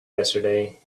yesterday